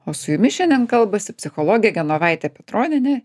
o su jumis šiandien kalbasi psichologė genovaitė petronienė